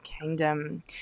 kingdom